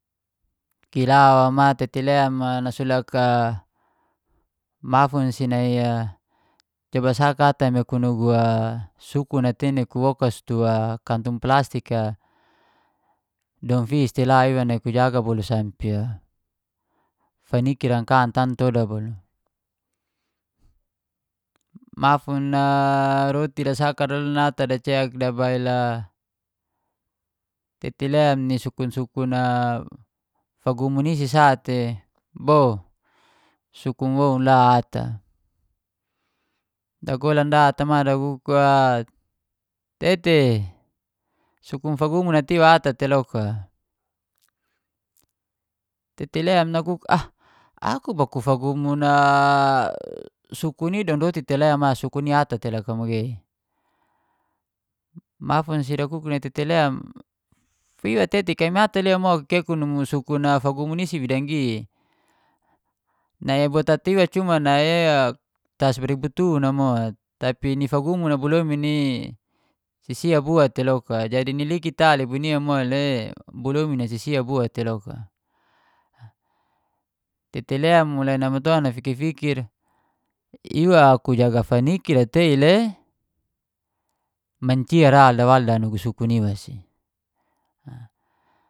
Kila wama tete lem nasulak mafun si nai a coba saka ata mekun nugu sukun a tin nai kuwokas tua kantung plastik a, dodan fis tela iwa nai kujaga bolu sampe faniki ra ka nantoda bolu. Mafun roti dasaka dodan ata dacek dabail tete lem ni sukun-sukun a fagumun i si sate, bo sukun woun la ata? Dakolan da atamari dakuk "tete sukun fagumun ata iwa ata tei loka'. Tete lem nakuk "ah aku bakufagumun a dodan roti tela sukun i ata tei loka i magei?"Mafun si dakuk nai tete lem "iwa tete kami ata liwa mo kekun numu sukun fagumun isi wida nggi? Nai bot ata iwa cuma nai tas baribut un a mo tap nifagumun a bo lomin i sisi bua tei loka. Jadi ni likit a lebo nia mo le bo lomin sisia bua tei loka"tete lem mulai namaton nafikir-fikir iwa ku jaga faniki ira tei le mancia ra wal dawal na nugu sukun iwa si